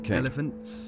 elephants